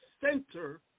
center